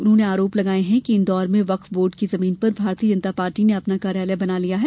उन्होंने आरोप लगाते हुए कहा कि इंदौर में वक्फ बोर्ड की जमीन पर भारतीय जनता पार्टी ने अपना कार्यालय बना लिया है